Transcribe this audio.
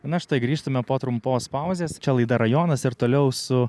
na štai grįžtame po trumpos pauzės čia laida rajonas ir toliau su